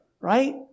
right